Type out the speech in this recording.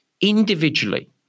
Individually